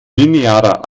linearer